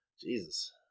Jesus